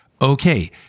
okay